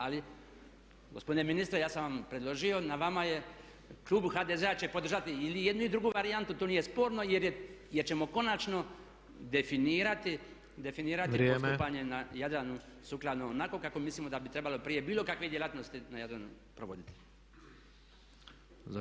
Ali gospodine ministre ja sam vam predložio, na vama je, klub HDZ-a će podržati ili jednu ili drugu varijantu to nije sporno jer ćemo konačno definirati postupanje na Jadranu sukladno onako kako mislimo da bi trebalo prije bilo kakvih djelatnosti na Jadranu provoditi.